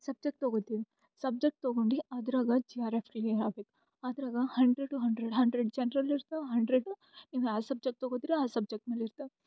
subject ತಗೋತೀನಿ subject ತಗೊಂಡು ಅದ್ರಾಗೆ ಜಿ ಆರ್ ಎಫ್ ಕ್ಲಿಯರ್ ಆಗ್ಬೇಕು ಅದ್ರಾಗೆ hundred to hundred hundred general ಇರ್ತವೆ ಹಂಡ್ರೆಡು ನೀವು ಯಾವ ಸಬ್ಜೆಕ್ಟ್ ತೊಗೋತೀರಿ ಆ ಸಬ್ಜೆಕ್ಟ್ ಮೇಲೆ ಇರ್ತವೆ